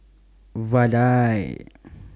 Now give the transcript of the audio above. Vadai